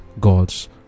God's